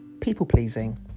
people-pleasing